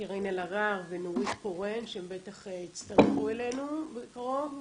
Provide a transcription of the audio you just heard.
קארין אלהרר ונורית קורן שהם בטח יצטרפו אלינו בקרוב.